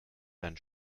dann